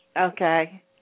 Okay